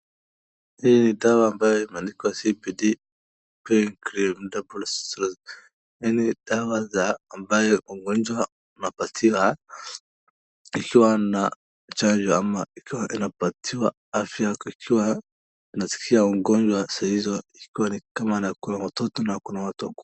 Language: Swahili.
Hii ni dawa ambao imeandikwa CBD Pain Cream Double strength . Hii ni dawa ambayo mgonjwa anapatiwa akiwa na chanjo ama akiwa anapatiwa afya akiwa anasikia ugonjwa sahizo ikiwa nikama kuna ya watoto na kuna ya watu wakubwa.